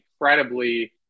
incredibly